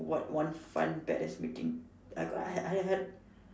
what one fun parents meeting I got I I had